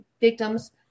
victims